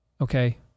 Okay